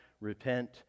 repent